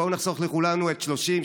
בואו נחסוך לכולנו את 30,